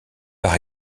par